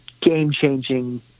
game-changing